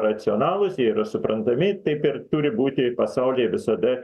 racionalūs jie yra suprantami taip ir turi būti pasaulyje visada